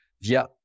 via